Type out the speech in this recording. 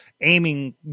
aiming